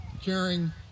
caring